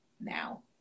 now